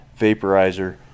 vaporizer